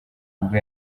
ubwo